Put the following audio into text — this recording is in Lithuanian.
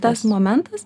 tas momentas